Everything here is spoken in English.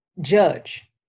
judge